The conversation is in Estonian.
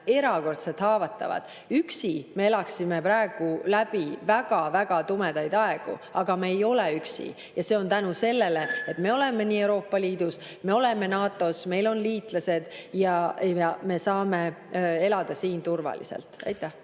erakordselt haavatavad. Üksi me elaksime praegu läbi väga tumedaid aegu. Aga me ei ole üksi. See on tänu sellele, et me oleme Euroopa Liidus, et me oleme NATO-s, et meil on liitlased. Tänu sellele me saame elada siin turvaliselt. Aitäh!